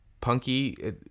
punky